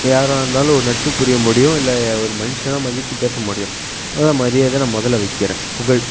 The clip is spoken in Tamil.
யாராக இருந்தாலும் ஒரு நட்பு புரிய முடியும் இல்லை ஒரு மனுஷனாக மதித்து பேச முடியும் அதான் மரியாதையை நான் முதல்லா வக்கிறேன் புகழ்